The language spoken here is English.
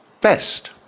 Best